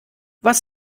was